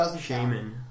Shaman